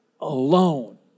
alone